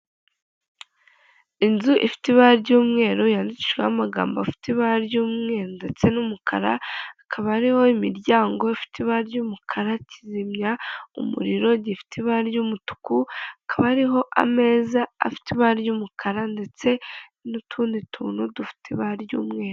Inzu ifite ibara ry'umweru, yandikishijweho amagambo afite ibara ry'umweru ndetse n'umukara, hakaba hariho imiryango ifite ry'umukara kikagira umuriro, gfite ibara ry'umutuku, hakaba hariho ameza afite ibara ry'umukara ndetse nutundi tuntu dufite ibara ry'umweru.